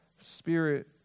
spirit